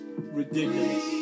ridiculous